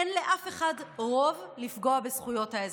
אין לאף אחד רוב לפגוע בזכויות האזרח,